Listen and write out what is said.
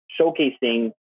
showcasing